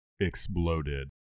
Exploded